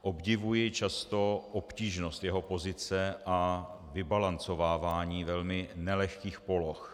Obdivuji často obtížnost jeho pozice a vybalancovávání velmi nelehkých poloh.